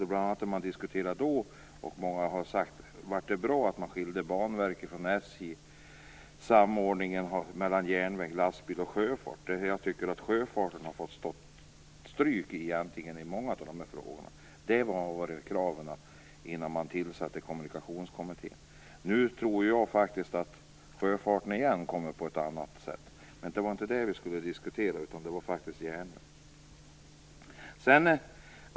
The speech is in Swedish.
Man diskuterade då, och många frågade sig, om det var bra att skilja Banverket från SJ. I samordningen mellan järnväg, lastbil och sjöfart tycker jag att sjöfarten fått ta stryk i många av frågorna. Det var kraven innan man tillsatte Kommunikationskommittén. Nu tror jag faktiskt att sjöfarten kommer tillbaka igen, men på ett annat sätt. Men det var inte det vi skulle diskutera. Det var faktiskt järnvägen.